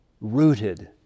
rooted